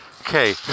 Okay